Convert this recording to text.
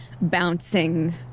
bouncing